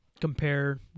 compare